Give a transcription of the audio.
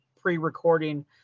pre-recording